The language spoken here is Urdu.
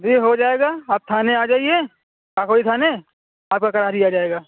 جی ہو جائے گا آپ تھانے آ جائیے کاکوری تھانے آپ کا کرا دیا جائے گا